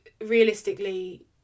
realistically